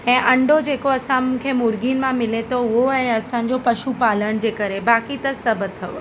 ऐं अंडो जेको असां खे मुर्गी मां मिले थो उहो आहे असांजे पशु पालण जे करे बाक़ी त सभु अथव